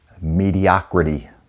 mediocrity